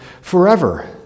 forever